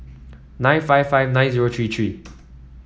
nine five five nine zero three three